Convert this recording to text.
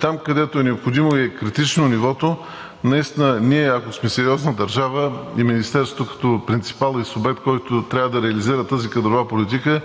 Там където е необходимо и е критично нивото, наистина, ние, ако сме сериозна държава и Министерството като принципал и субект, който трябва да реализира тази кадрова политика,